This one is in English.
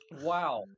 Wow